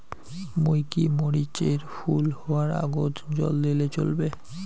মুই কি মরিচ এর ফুল হাওয়ার আগত জল দিলে চলবে?